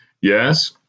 Yes